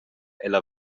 ella